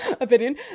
opinion